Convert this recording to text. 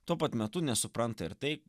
tuo pat metu nesupranta ir taip